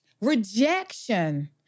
rejection